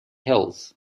hills